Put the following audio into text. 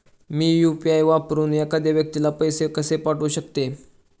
मी UPI वापरून एखाद्या व्यक्तीला पैसे कसे पाठवू शकते?